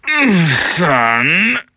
Son